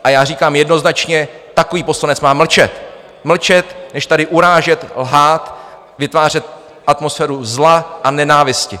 A já říkám jednoznačně, takový poslanec má mlčet, mlčet, než tady urážet, lhát, vytvářet atmosféru zla a nenávisti.